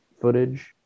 footage